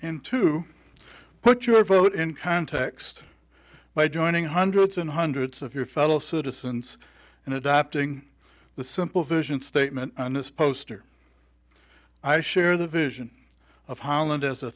and to put your vote in context by joining hundreds and hundreds of your fellow citizens and adopting the simple vision statement and this poster i share the vision of hol